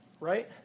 Right